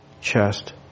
chest